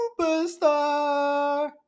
Superstar